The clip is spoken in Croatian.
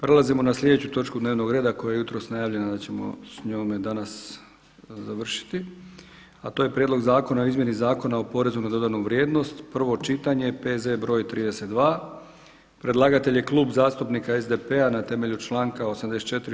Prelazim o na sljedeću točku dnevnog reda koja je jutros najavljena da ćemo s njome danas završiti a to je: - Prijedlog zakona o izmjeni Zakona o porezu na dodanu vrijednost, prvo čitanje, P.Z. br. 32; Predlagatelj je Klub zastupnika SDP-a na temelju članka 84.